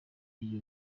muri